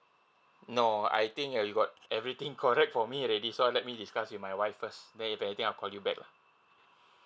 no I think you got everything correct for me already so let me discuss with my wife first then if anything I'll call you back lah